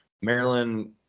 Maryland